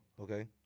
Okay